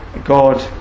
God